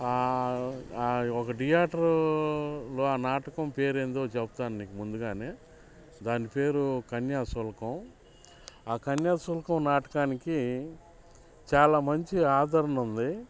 ఒక థియేటరులో ఆ నాటకం పేరు ఏదో చెప్తాను నీకు ముందుగా దాని పేరు కన్యాశుల్కం ఆ కన్యాశుల్కం నాటకానికి చాలా మంచి ఆదరణ ఉంది